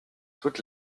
toutes